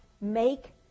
make